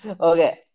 Okay